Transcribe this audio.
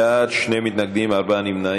לסיוע מאגפי השיקום והמשפחות במשרד הביטחון (תיקוני חקיקה),